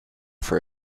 for